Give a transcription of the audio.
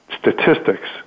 statistics